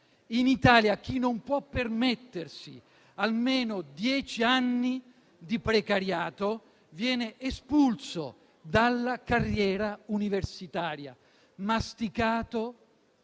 In Italia, chi non può permettersi almeno dieci anni di precariato viene espulso dalla carriera universitaria: masticato,